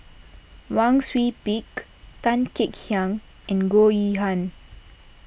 Wang Sui Pick Tan Kek Hiang and Goh Yihan